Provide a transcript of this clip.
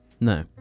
no